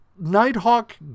Nighthawk